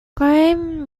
grime